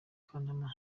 kanama